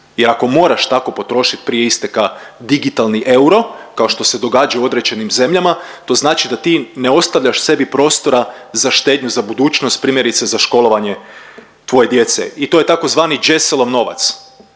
jer ako moraš tako potrošit prije isteka digitalni euro kao što se događa u određenim zemljama to znači da ti ne ostavljaš sebi prostora za štednju za budućnost primjerice za školovanje tvoje djece i to je tzv. đeselov novac.